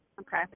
Okay